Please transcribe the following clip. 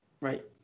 Right